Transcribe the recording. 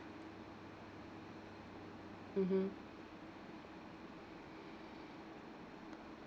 mmhmm